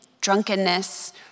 drunkenness